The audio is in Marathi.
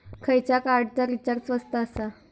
खयच्या कार्डचा रिचार्ज स्वस्त आसा?